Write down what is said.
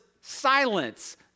silence